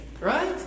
right